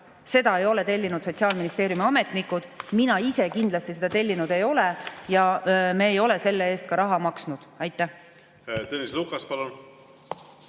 seda tellinud Sotsiaalministeeriumi ametnikud, mina ise kindlasti seda tellinud ei ole ja me ei ole selle eest ka raha maksnud. Tõnis Lukas, palun!